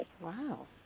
Wow